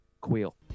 Quill